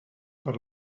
per